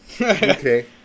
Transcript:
okay